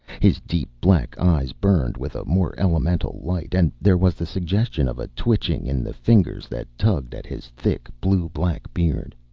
his deep black eyes burned with a more elemental light, and there was the suggestion of a twitching in the fingers that tugged at his thick blue-black beard.